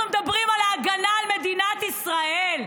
אנחנו מדברים על ההגנה על מדינת ישראל,